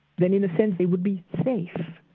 then in a sense it would be safe.